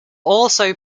also